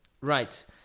Right